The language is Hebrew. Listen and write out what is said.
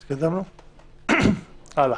הלאה.